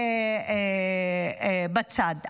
בצד.